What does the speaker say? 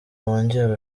wongere